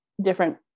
different